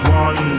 one